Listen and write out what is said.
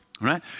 Right